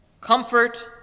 Comfort